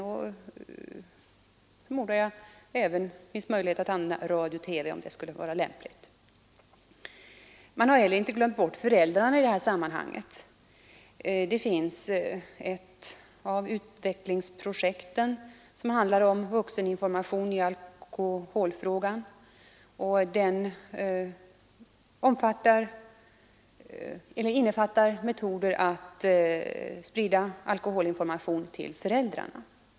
Det finns, förmodar jag, även möjlighet att använda radio och TV, om det skulle vara lämpligt. Man har heller inte glömt bort föräldrarna i det här sammanhanget. Ett av utvecklingsprojekten handlar om vuxeninformation i alkoholfrågan och innefattar metoder för att sprida alkoholinformation till föräldrarna.